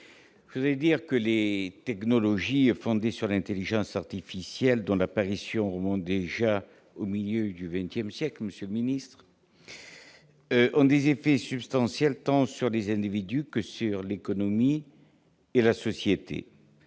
de notre pays. Les technologies fondées sur l'intelligence artificielle, dont l'apparition remonte déjà au milieu du XX siècle, monsieur le secrétaire d'État, ont des effets substantiels tant sur les individus que sur l'économie et la société.